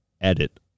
edit